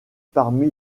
parmi